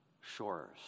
shores